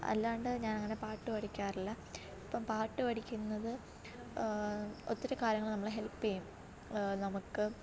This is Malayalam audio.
അല്ലാണ്ട് ഞാനങ്ങനെ പാട്ട് പഠിക്കാറില്ല ഇപ്പോള് പാട്ട് പഠിക്കുന്നത് ഒത്തിരി കാര്യങ്ങള് നമ്മളെ ഹെൽപ്പെയ്യും നമുക്ക്